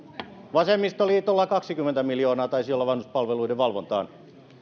vasemmistoliitolla kaksikymmentä miljoonaa taisi olla vanhuspalveluiden valvontaan